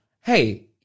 hey